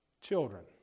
Children